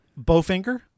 Bowfinger